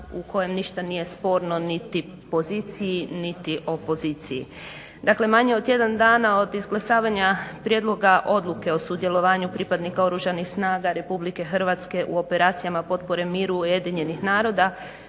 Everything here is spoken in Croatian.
u kojem ništa nije sporno ni poziciji niti opoziciji, dakle manje od tjedan dana od izglasavanja prijedloga odluke o sudjelovanju pripadnika oružanih snaga RH u operacijama potpore miru UN-a pred nama